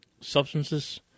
substances